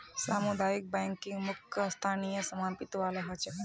सामुदायिक बैंकिंग मुख्यतः स्थानीय स्वामित्य वाला ह छेक